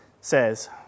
says